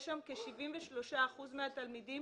כ-73% מן התלמידים